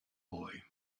boy